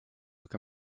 look